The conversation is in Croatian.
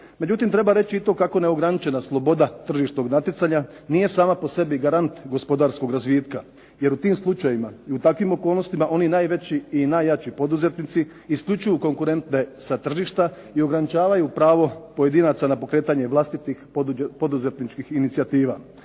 Međutim, treba reći i to kako neograničena sloboda tržišnog natjecanja nije sama po sebi garant gospodarskog razvitka jer u tim slučajevima i u takvim okolnostima oni najveći i najjači poduzetnici isključuju konkurente sa tržišta i ograničavaju pravo pojedinaca na pokretanje vlastitih poduzetničkih inicijativa.